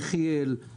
יחיאל.